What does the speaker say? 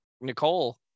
Nicole